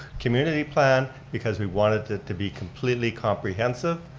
community plan because we wanted it to be completely comprehensive,